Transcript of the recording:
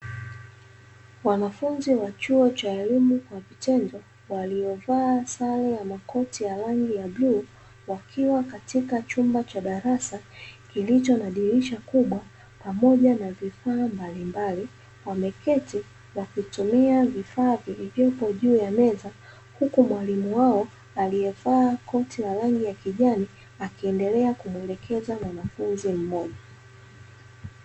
Wanafunzi wa chuo cha elimu kwa vitendo waliovaa sare ya makoti ya rangi ya bluu, wakiwa ndani ya chumba cha darasa kilicho na dirisha kubwa pamoja na vifaa mbalimbali. Wameketi wakitumia vifaa vilivyopo juu ya meza huku mwalimu wao aliyevaa koti la rangi ya kijani akiendelea kumwelekeza mwanafunzi mmoja.